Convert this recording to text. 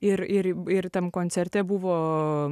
ir ir ir tam koncerte buvo